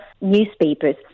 newspapers